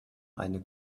eine